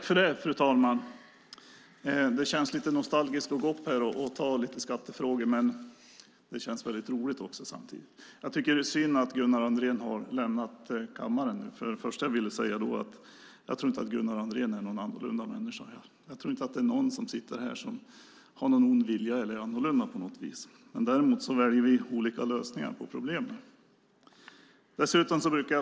Fru talman! Det känns lite nostalgiskt att gå upp i talarstolen och tala om skattefrågor. Samtidigt är det roligt. Det är synd att Gunnar Andrén har lämnat kammaren. Jag tror inte att Gunnar Andrén är en annorlunda människa. Jag tror inte att någon som sitter här har en ond vilja eller är annorlunda. Däremot väljer vi olika lösningar på problemen. Fru talman!